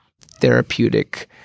therapeutic